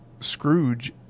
scrooge